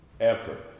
effort